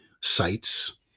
sites